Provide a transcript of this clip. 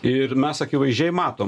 ir mes akivaizdžiai matom